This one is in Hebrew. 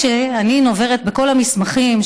כשאני נוברת בכל המסמכים,